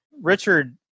Richard